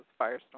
firestorm